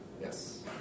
Yes